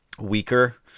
weaker